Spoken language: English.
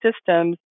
systems